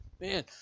man